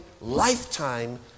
lifetime